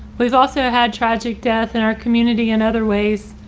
we've also had tragic death in our community and other ways.